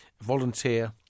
volunteer